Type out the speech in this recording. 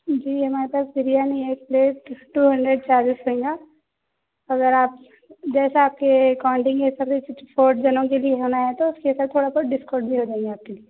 جی ہمارے پاس بریانی ایک پلیٹ ٹو ہنڈریڈ چارجیز رہیں گا اگر آپ جیسا آپ کے اکاڈنگ یہ سروس فورتھ جنوں کے لیے ہونا ہے تو اس کے ساتھ تھوڑا سا ڈسکونٹ بھی ہوجائیں گا آپ کے لیے